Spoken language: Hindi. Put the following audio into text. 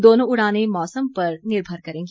दोनों उड़ाने मौसम पर निर्भर करेंगी